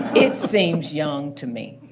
it seems young to me.